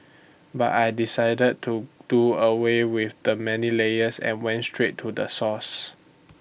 but I decided to do away with the many layers and went straight to the source